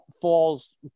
falls